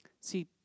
See